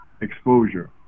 exposure